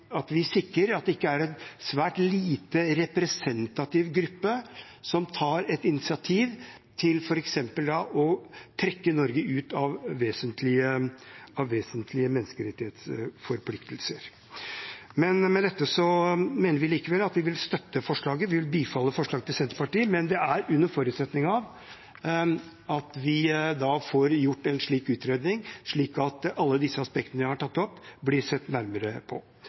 sikrer at ikke en svært lite representativ gruppe kan ta initiativ til f.eks. å trekke Norge ut av vesentlige menneskerettighetsforpliktelser. Vi vil likevel støtte forslaget, vi vil bifalle forslaget til Senterpartiet, men under forutsetning av at det blir gjort en utredning, slik at alle disse aspektene jeg har tatt opp, blir sett nærmere på.